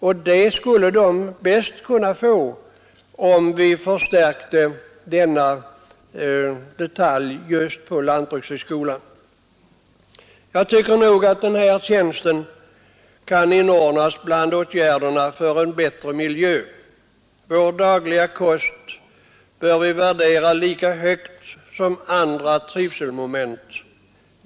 Och den utbildningen kan de bäst få, om vi förstärker den här sektorn på lantbrukshögskolan. Jag tycker att den lärartjänst som det här gäller kan inordnas bland åtgärderna för en bättre miljö. Vår dagliga kost bör vi värdera lika högt som andra trivselmoment.